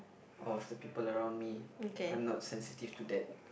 of the people around me I'm not sensitive to that